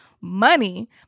money